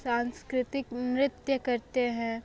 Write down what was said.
सांस्कृतिक नृत्य करते हैं